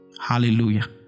Hallelujah